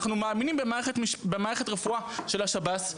אנחנו מאמינים במערכת הרפואה של השב"ס,